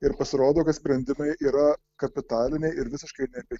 ir pasirodo kad sprendimai yra kapitaliniai ir visiškai ne apie